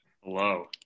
Hello